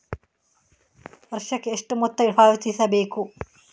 ವರ್ಷಕ್ಕೆ ಎಷ್ಟು ಮೊತ್ತ ಪಾವತಿಸಬೇಕು?